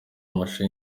amashusho